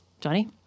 Johnny